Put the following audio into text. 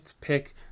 pick